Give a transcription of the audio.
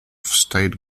state